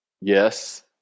yes